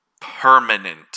Permanent